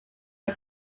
are